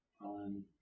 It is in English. on